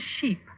sheep